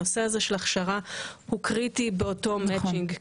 הנושא הזה של הכשרה הוא קריטי באותו מצ'ינג,